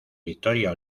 victoria